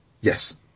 yes